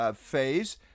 phase